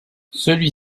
celui